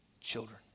children